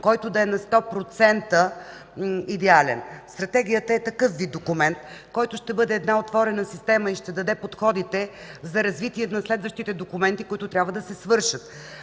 който да е на 100% идеален. Стратегията е такъв вид документ, който ще бъде една отворена система и ще даде подходите за развитието на следващите документи, които трябва да се направят.